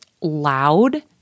loud